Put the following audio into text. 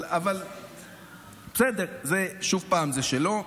אבל בסדר, שוב פעם, זה שלו.